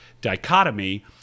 dichotomy